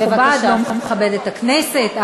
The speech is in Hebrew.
לא מכובד, לא מכבד את הכנסת.